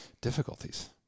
Difficulties